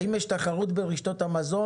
האם יש תחרות ראויה ברשתות המזון